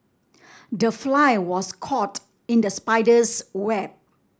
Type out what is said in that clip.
the fly was caught in the spider's web